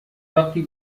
وقتی